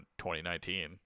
2019